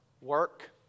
Work